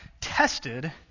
tested